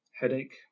headache